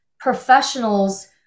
professionals